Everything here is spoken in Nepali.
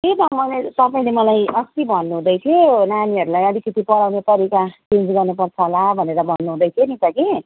त्यही त मैले तपाईँले मलाई अस्ति भन्नुहुँदै थियो नानीहरूलाई अलिकति पढाउने तरिका चेन्ज गर्नुपर्छ होला भनेर भन्नुहुँदै थियो नि त कि